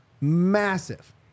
Massive